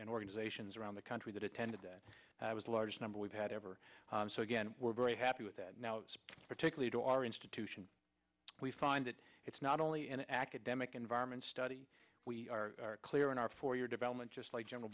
and organizations around the country that attended that was a large number we've had ever so again we're very happy with that now particularly to our institution we find that it's not only an academic environment study we are clear in our for your development just like general